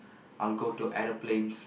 I'll go to aeroplanes